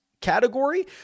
category